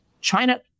China